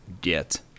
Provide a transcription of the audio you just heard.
get